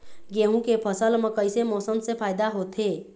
गेहूं के फसल म कइसे मौसम से फायदा होथे?